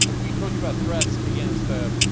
but we told you about threats against ah. ah.